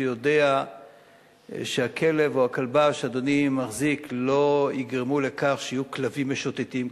שיודע שהכלב או הכלבה שאדוני מחזיק לא יגרמו לכך שיהיו כלבים משוטטים,